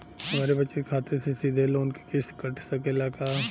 हमरे बचत खाते से सीधे लोन क किस्त कट सकेला का?